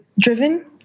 driven